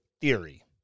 theory